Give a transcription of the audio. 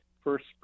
first